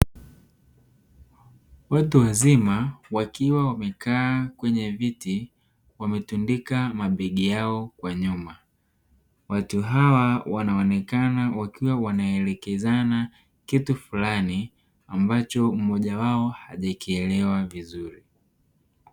Watu wazima wakiwa wamekaa kwenye viti wametundika mabegi yao kwa nyuma. Watu hawa wanaonekana wakiwa wanaelekezana kitu fulani ambacho mmoja wao hajakielewa vizuri.